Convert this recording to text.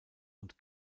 und